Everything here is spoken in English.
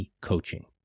coaching